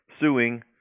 suing